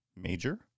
major